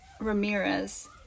Ramirez